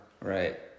Right